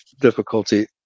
difficulty